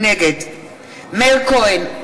נגד מאיר כהן,